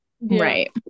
right